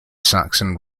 saxon